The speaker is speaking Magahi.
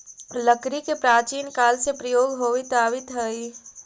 लकड़ी के प्राचीन काल से प्रयोग होवित आवित हइ